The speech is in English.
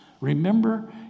Remember